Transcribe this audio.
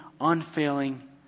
unfailing